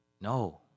no